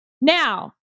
Now